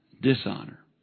dishonor